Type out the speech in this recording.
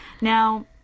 Now